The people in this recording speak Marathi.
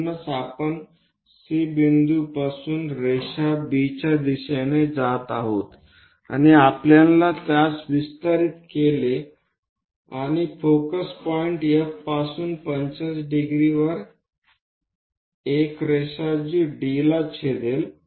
म्हणूनच आपण C बिंदूपासून रेषा Bच्या दिशेने जात आहोत आणि आपण त्यास विस्तारित केले आणि फोकस बिंदू F पासून 45 डिग्री एक रेषा जी D ला छेदेल